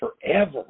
forever